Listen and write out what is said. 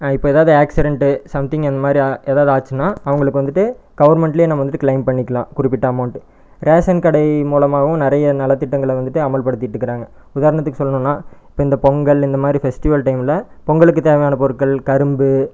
இப்போ ஏதாவது accident something அந்த மாதிரி எதாவது ஆச்சுன்னா அவங்களுக்கு வந்துவிட்டு கவர்மெண்ட்ல நம்ம வந்துவிட்டு க்ளைம் பண்ணிக்கலாம் குறிப்பிட்ட அமெளண்ட் ரேஷன் கடை மூலமாகவும் நிறைய நலத்திட்டங்களை வந்துவிட்டு அமல்படுத்திட்டு இருக்கிறாங்க உதாரணத்துக்கு சொல்லணும்னா இப்போ இந்த பொங்கல் இந்தமாதிரி ஃபெஸ்ட்டிவல் டைம்மில் பொங்கலுக்கு தேவையான பொருட்கள் கரும்பு